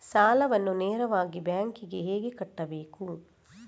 ಸಾಲವನ್ನು ನೇರವಾಗಿ ಬ್ಯಾಂಕ್ ಗೆ ಹೇಗೆ ಕಟ್ಟಬೇಕು?